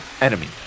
Enemy